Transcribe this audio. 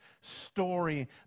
story